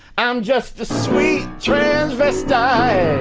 i'm just a sweet transvestite